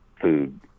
food